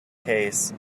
case